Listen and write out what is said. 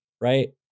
right